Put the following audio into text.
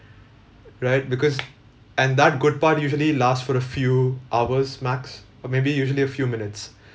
right because and that good part usually last for a few hours max or maybe usually a few minutes